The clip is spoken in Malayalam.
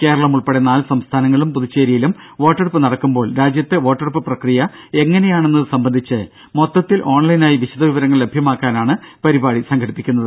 കേരളമുൾപ്പെടെ നാല് സംസ്ഥാനങ്ങളിലും പുതുച്ചേരിയിലും വോട്ടെടുപ്പ് നടക്കുമ്പോൾ രാജ്യത്തെ വോട്ടെടുപ്പ് പ്രക്രിയ എങ്ങനെയാണെന്നത് സംബന്ധിച്ച് മൊത്തതിൽ ഓൺലൈനായി വിശദവിവരങ്ങൾ ലഭ്യമാക്കാനാണ് പരിപാടി സംഘടിപ്പിക്കുന്നത്